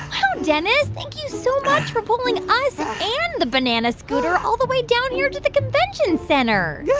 wow, dennis. thank you so much for pulling us and the banana scooter all the way down here to the convention center yeah.